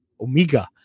Omega